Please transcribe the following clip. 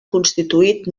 constituït